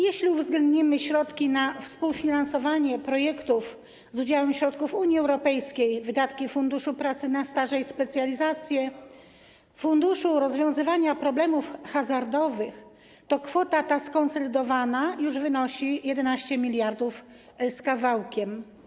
Jeśli uwzględnimy środki na współfinansowanie projektów z udziałem środków Unii Europejskiej, wydatki Funduszu Pracy na staże i specjalizacje i Funduszu Rozwiązywania Problemów Hazardowych, to skonsolidowana już kwota wyniesie 11 mld z kawałkiem.